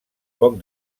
poc